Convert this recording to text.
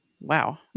Wow